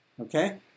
Okay